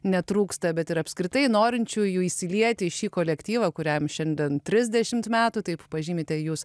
netrūksta bet ir apskritai norinčiųjų įsilieti į šį kolektyvą kuriam šiandien trisdešimt metų taip pažymite jūs